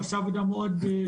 הוא עושה עבודה מאוד טובה.